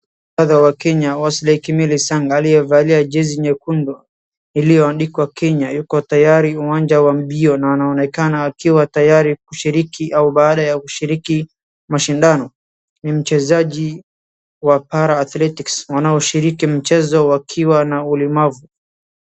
Mwanariadha wa Kenya Wesley Kimeli Sang akiyevalia jezi nyekundu iliyoandikwa Kenya. Yuko tayari uwanja wa mbio na anaonekana akiwa tayari kushiriki au baada ya kushiriki mashindano. Ni mchezaji wa para athletics wanaoshiriki mchezo wakiwa na ulemavu.